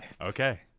okay